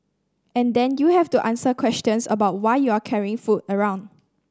and then you have to answer questions about why you are carrying food around